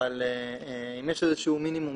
אבל אם יש איזשהו מינימום